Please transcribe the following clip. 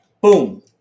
boom